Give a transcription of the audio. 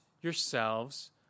yourselves